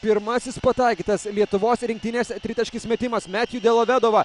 pirmasis pataikytas lietuvos rinktinės tritaškis metimas metju delovedova